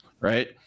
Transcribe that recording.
right